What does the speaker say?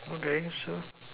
okay so